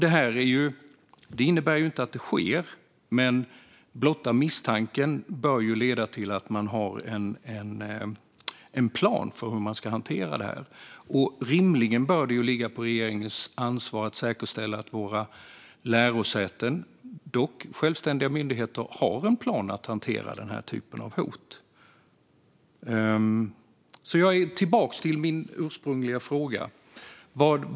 Det här innebär ju inte att det sker, men blotta misstanken bör leda till att man har en plan för hur man ska hantera det. Rimligen bör det ligga på regeringens ansvar att säkerställa att våra lärosäten - som dock är självständiga myndigheter - har en plan för att hantera den här typen av hot. Jag går tillbaka till min ursprungliga fråga.